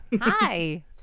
Hi